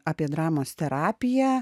apie dramos terapiją